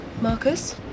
Marcus